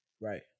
Right